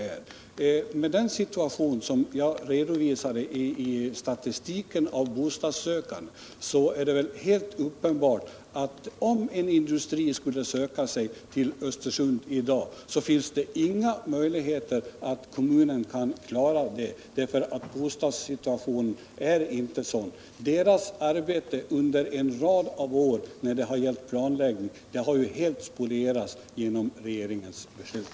Med tanke på den situation som redovisas i statistiken över bostadssökande är det väl uppenbart, att om en industri söker sig till Östersund i dag, finns det inga möjligheter för kommunen att klara det hela, eftersom bostadssituationen inte medger det. Kommunens planläggningsarbete under en rad år har helt spolierats till följd av regeringens beslut.